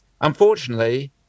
unfortunately